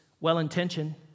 well-intentioned